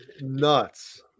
nuts